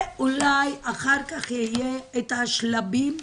ואולי אחר כך יהיו שלבים,